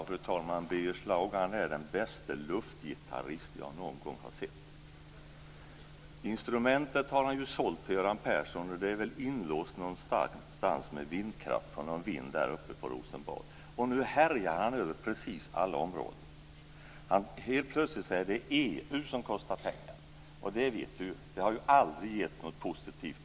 Fru talman! Birger Schlaug är den bäste luftgitarrist som jag någon gång har sett. Instrumentet har han ju sålt till Göran Persson, och det är väl inlåst på någon vind uppe i Rosenbad. Nu härjar han över precis alla områden. Helt plötsligt säger han att det är EU som kostar pengar. Vi vet ju också att EU i Miljöpartiets ögon aldrig har gett något positivt.